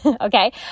okay